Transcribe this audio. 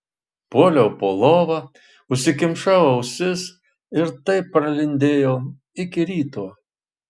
puoliau po lova užsikimšau ausis ir taip pralindėjau iki ryto